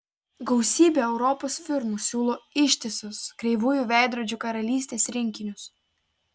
gausybė europos firmų siūlo ištisus kreivųjų veidrodžių karalystės rinkinius